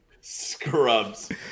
Scrubs